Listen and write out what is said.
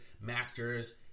Masters